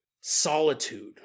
solitude